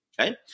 Okay